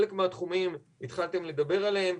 לגבי חלק מהתחומים התחלתם לדבר עליהם,